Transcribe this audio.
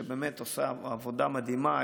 שעושה עבודה מדהימה.